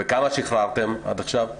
וכמה שחררתם עד עכשיו?